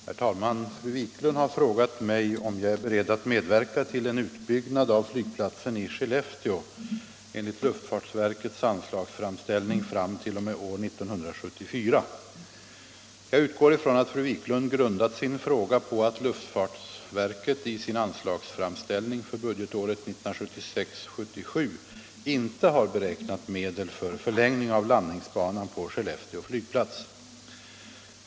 Herr talman! Fru Wiklund har frågat mig om jag är beredd att medverka till en utbyggnad av flygplatsen i Skellefteå enligt luftfartsverkets anslagsframställning fram t.o.m. år 1974. Jag utgår ifrån att fru Wiklund grundat sin fråga på att luftfartsverket i sin anslagsframställning för budgetåret 1976/77 inte har beräknat medel för förlängning av landningsbanan på Skellefteå flygplats.